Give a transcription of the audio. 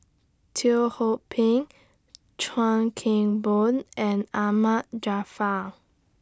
Teo Ho Pin Chuan Keng Boon and Ahmad Jaafar